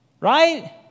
right